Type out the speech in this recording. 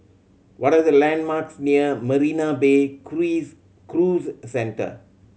what are the landmarks near Marina Bay Cruise Centre